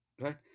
Right